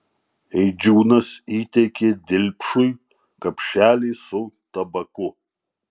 eidžiūnas įteikė dilpšui kapšelį su tabaku